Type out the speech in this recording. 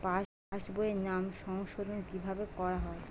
পাশ বইয়ে নাম সংশোধন কিভাবে করা হয়?